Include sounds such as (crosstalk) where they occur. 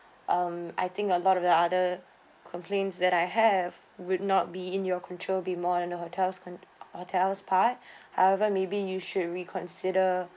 um I think a lot of the other complains that I have would not be in your control be more in a hotels con~ hotel's part (breath) however maybe you should reconsider